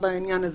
אין שום בעיה.